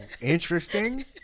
interesting